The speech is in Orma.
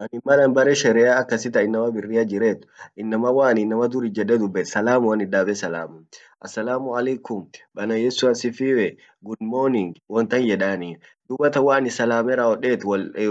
anin mal an barre sherea aksi tainama birria jir inama waan inama dur ijede dubed salamuan itdabbe salama assalamu aleikum, bwana yesu asifiwe good morning won tan yedanii dubatan waan salame rawodet